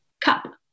cup